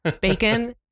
Bacon